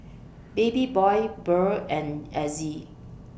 Babyboy Beryl and Azzie